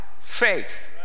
faith